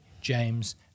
James